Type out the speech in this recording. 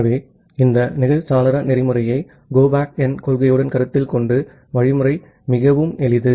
ஆகவே இந்த நெகிழ் சாளர நெறிமுறையை கோ பேக் என் கொள்கையுடன் கருத்தில் கொண்டு வழிமுறை மிகவும் எளிது